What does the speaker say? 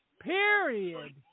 period